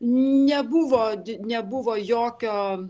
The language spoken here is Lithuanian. nebuvo nebuvo jokio